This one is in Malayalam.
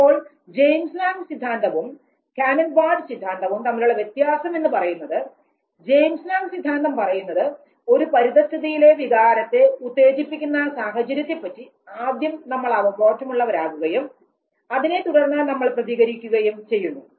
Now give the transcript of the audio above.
അപ്പോൾ ജെയിംസ് ലാംങ് സിദ്ധാന്തവും കാനൻ ബാർഡ് സിദ്ധാന്തവും തമ്മിലുള്ള വ്യത്യാസം എന്ന് പറയുന്നത് ജെയിംസ് ലാംങ് സിദ്ധാന്തം പറയുന്നത് ഒരു പരിസ്ഥിതിയിലെ വികാരത്തെ ഉത്തേജിപ്പിക്കുന്ന സാഹചര്യത്തെ പറ്റി ആദ്യം നമ്മൾ അവബോധമുള്ളവരാകുകയും അതിനെ തുടർന്ന് നമ്മൾ പ്രതികരിക്കുകയും ചെയ്യുന്നു